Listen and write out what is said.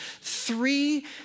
three